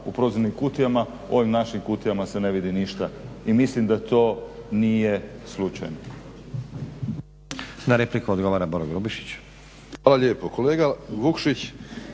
u prozirnim kutijama, u ovim našim kutijama se ne vidi ništa. I mislim da to nije slučajno.